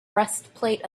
breastplate